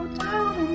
down